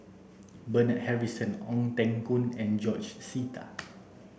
Bernard Harrison Ong Teng Koon and George Sita